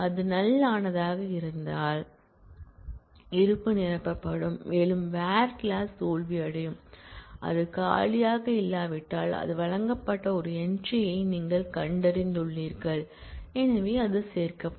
அது நல் ஆனதாக இருந்தால் இருப்பு நிரப்பப்படும் மேலும் வேர் கிளாஸ் தோல்வியடையும் அது காலியாக இல்லாவிட்டால் அது வழங்கப்பட்ட ஒரு என்ட்ரியை நீங்கள் கண்டறிந்துள்ளீர்கள் எனவே அது சேர்க்கப்படும்